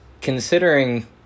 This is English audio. considering